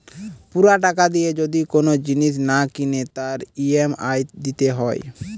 পুরা টাকা দিয়ে যদি কোন জিনিস না কিনে তার ই.এম.আই দিতে হয়